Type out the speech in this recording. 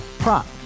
Prop